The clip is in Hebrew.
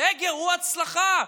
הסגר הוא הצלחה,